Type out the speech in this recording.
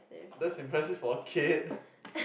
that's impressive for a kid